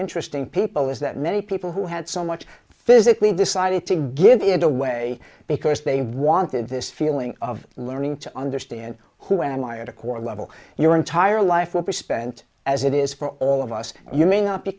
interest people is that many people who had so much physically decided to give it away because they wanted this feeling of learning to understand who am i a tick or level your entire life will be spent as it is for all of us and you may not be